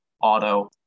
auto